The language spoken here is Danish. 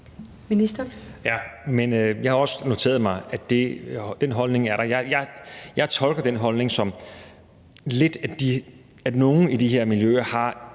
Jeg tolker lidt den holdning som, at nogle i de her miljøer for